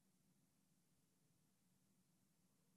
של